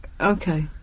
Okay